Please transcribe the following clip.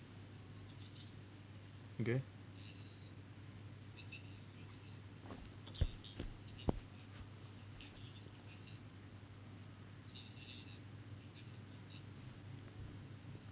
okay